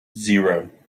zero